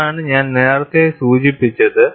ഇതാണ് ഞാൻ നേരത്തെ സൂചിപ്പിച്ചത്